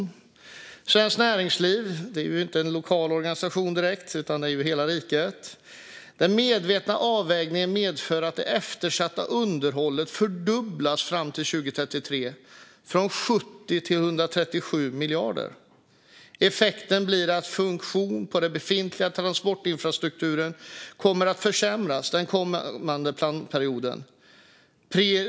Så här skriver Svenskt Näringsliv, vilket inte direkt är en lokal organisation utan omfattar hela riket: "Den medvetna avvägningen medför att det eftersatta underhållet fördubblas fram till 2033, från 70 till 137 miljarder. Effekten blir att funktionen på den befintliga transportinfrastrukturen kommer att försämras den kommande planperioden.